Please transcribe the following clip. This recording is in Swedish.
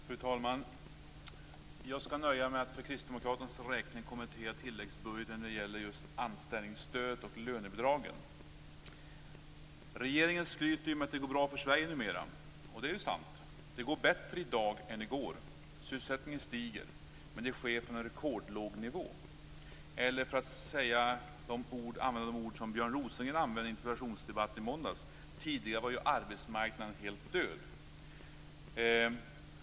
Fru talman! Jag skall nöja mig med att för kristdemokraternas räkning kommentera tilläggsbudgeten när det gäller just anställningsstöd och lönebidrag. Regeringen skryter med att det numera går bra för Sverige. Ja, det är sant. Det går bättre i dag än det gjorde i går. Sysselsättningen stiger men det sker från en rekordlåg nivå eller, för att använda Björn Rosengrens ord i en interpellationsdebatt i måndags: Tidigare var ju arbetsmarknaden helt död.